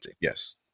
Yes